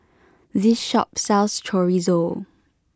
this shop sells Chorizo